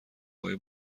های